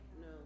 No